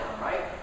right